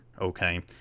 okay